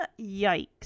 Yikes